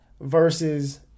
versus